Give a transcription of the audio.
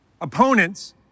opponents